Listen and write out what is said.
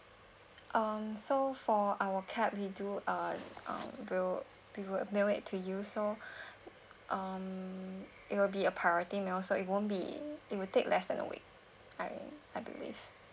um so for our card we do uh um will we will mail it to you so um it'll be a priority mail so it won't be it will take less than a week I I believe